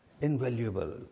invaluable